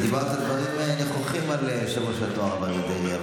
דיברת דברים נכוחים על יושב-ראש התנועה הרב אריה דרעי.